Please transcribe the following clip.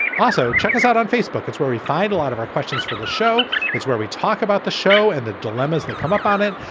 also, check us out on facebook. it's where we find a lot of our questions for the show. it's where we talk about the show and the dilemmas that come up on it.